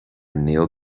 neil